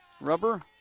rubber